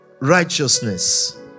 righteousness